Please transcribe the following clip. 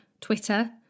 Twitter